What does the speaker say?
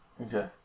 Okay